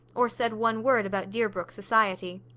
or said one word about deerbrook society.